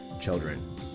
children